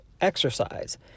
exercise